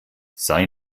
sei